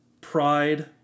pride